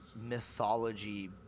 mythology